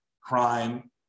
crime